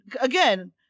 again